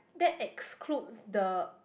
that excludes the